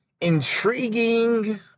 intriguing